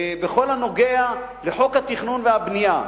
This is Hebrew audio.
בכל הנוגע לחוק התכנון והבנייה.